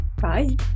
Bye